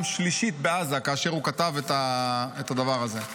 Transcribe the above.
והוא פעם שלישית בעזה כאשר הוא כתב את הדבר הזה.